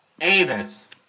Avis